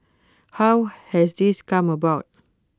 how has this come about